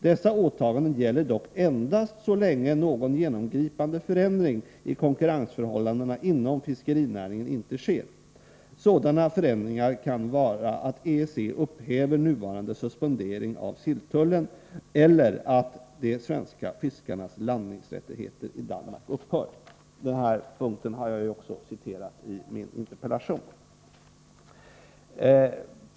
Dessa åtaganden gäller dock endast så länge någon genomgripande förändring i konkurrensförhållandena inom fiskerinäringen inte sker. Sådana förändringar kan vara att EEC upphäver nuvarande suspendering av silltullen eller att de svenska fiskarnas landningsrättigheter i Danmark upphör.” Denna punkt har jag också citerat i min interpellation.